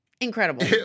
incredible